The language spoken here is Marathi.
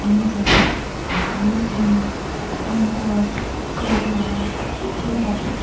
अनुजा अनुश्री पंकज शोभा चैताली